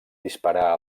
disparar